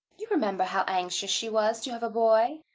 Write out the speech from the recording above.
you remember how anxious she was to have a boy,